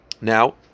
Now